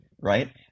Right